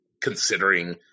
considering